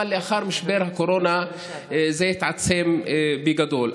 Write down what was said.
לאחר משבר הקורונה זה התעצם בגדול.